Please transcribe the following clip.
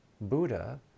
Buddha